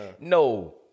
No